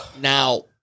Now